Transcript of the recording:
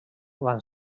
van